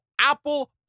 Apple